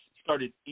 started